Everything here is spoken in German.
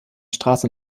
straße